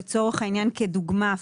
לדוגמה,